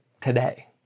today